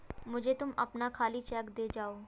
मुझे तुम अपना खाली चेक दे जाओ